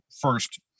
first